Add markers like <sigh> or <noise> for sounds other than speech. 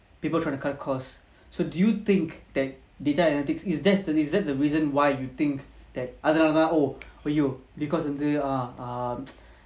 people trying to cut costs so do you think that data analytics is that is that the reason why you think that அதனாலதான்:adhanalathan oh !aiyo! because வந்து:vandhu err err <noise>